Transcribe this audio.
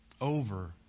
over